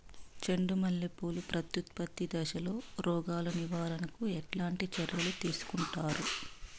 చెండు మల్లె పూలు ప్రత్యుత్పత్తి దశలో రోగాలు నివారణకు ఎట్లాంటి చర్యలు తీసుకుంటారు?